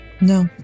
No